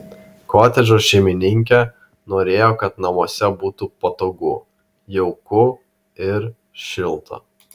kotedžo šeimininkė norėjo kad namuose būtų patogu jauku ir šilta